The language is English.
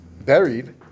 buried